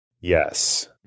Yes